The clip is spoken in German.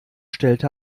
stellte